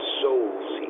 souls